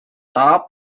top